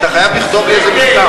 אתה חייב לכתוב לי איזה מכתב.